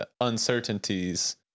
uncertainties